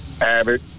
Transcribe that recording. Abbott